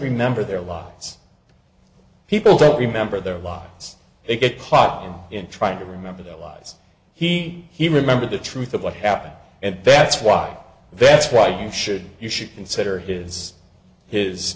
remember their lives people don't remember their lives they get caught in trying to remember the lies he he remember the truth of what happened and betts why that's why you should you should consider his his